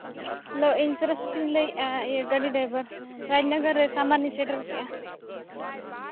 hello ᱤᱧ ᱥᱚᱨᱚᱥᱚᱛᱤᱧ ᱞᱟᱹᱭᱮᱫᱟ ᱤᱭᱟᱹ ᱜᱟᱹᱰᱤ ᱰᱟᱭᱵᱟᱨ ᱨᱟᱡᱽᱱᱚᱜᱚᱨ ᱨᱮ ᱥᱟᱢᱟᱱᱤᱧ ᱥᱮᱴᱮᱨ ᱠᱮᱜᱼᱟ